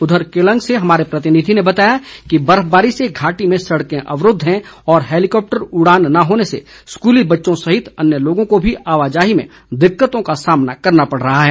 उधर केलंग से हमारे प्रतिनिधि ने बताया है कि बर्फबारी से घाटी में सड़कें अवरूद्व हैं और हैलीकॉप्टर उड़ान न होने से स्कूली बच्चों सहित अन्य लोगों को भी आवाजाही में दिक्कतों का सामना करना पड़ रहा है